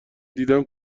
دیدم